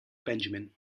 benjamin